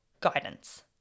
guidance